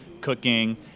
cooking